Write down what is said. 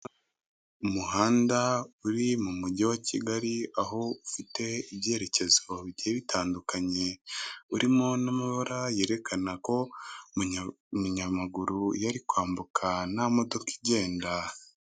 Umuhanda uri mu mugi wa Kigali aho ufite ibyerekezo bigiye bitandukanye urimo n'amabara yerekana ko iyo umunyamaguru iyo ari kwambuka nta modoka igenda.